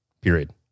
Period